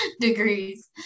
degrees